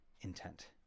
intent